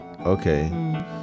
Okay